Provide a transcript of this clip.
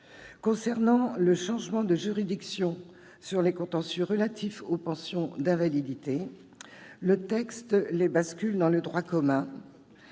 Concernant le changement de juridiction sur les contentieux relatifs aux pensions d'invalidité, le texte les bascule dans le droit commun.